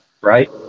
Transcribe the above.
right